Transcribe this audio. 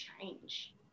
change